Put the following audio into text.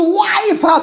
wife